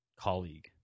colleague